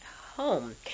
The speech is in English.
home